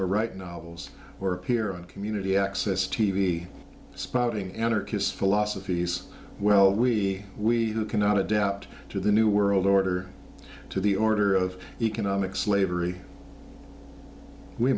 or write novels or hear a community access t v spouting anarchists philosophies well we we cannot adapt to the new world order to the order of economic slavery we